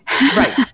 Right